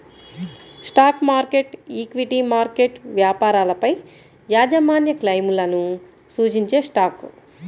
stock market, equity market వ్యాపారాలపైయాజమాన్యక్లెయిమ్లను సూచించేస్టాక్